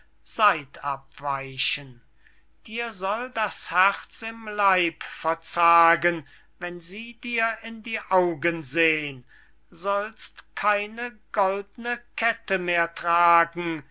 weichen dir soll das herz im leib verzagen wenn sie dir in die augen sehn sollst keine goldne kette mehr tragen